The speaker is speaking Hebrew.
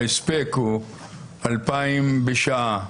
שההספק הוא 2,000 בדיקות בשעה.